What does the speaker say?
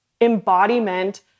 embodiment